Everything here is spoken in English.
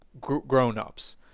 grown-ups